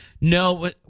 No